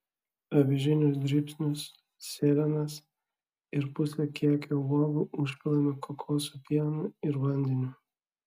avižinius dribsnius sėlenas ir pusę kiekio uogų užpilame kokosų pienu ir vandeniu